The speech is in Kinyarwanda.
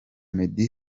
meddy